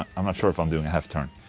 i'm not sure if i'm doing a half turn,